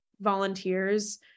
volunteers